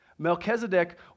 Melchizedek